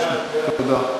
תודה.